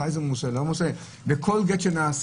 מתי זה מעושה ומתי זה לא מעושה?